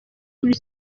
kuri